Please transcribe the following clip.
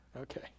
Okay